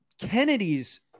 Kennedy's